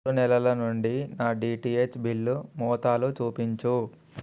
మూడు నెలల నుండి నా డిటిహెచ్ బిల్లు మోతాలు చూపించు